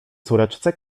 córeczce